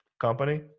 company